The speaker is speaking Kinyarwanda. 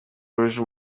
rouge